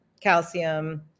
calcium